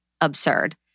absurd